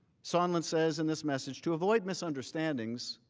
sondland says in this message to avoid misunderstandings,